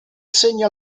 segna